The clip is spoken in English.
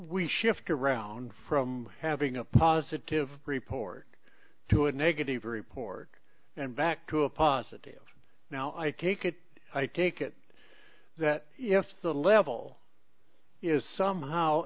we shift around from having a positive report to a negative report and back to a positive now i think it i take it that yes the level is somehow